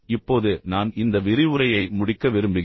இப்போது நான் இந்த விரிவுரையை முடிக்க விரும்புகிறேன்